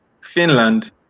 Finland